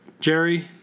Jerry